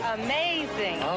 amazing